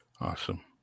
Awesome